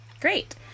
Great